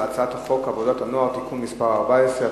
על הצעת חוק עבודת הנוער (תיקון מס' 14),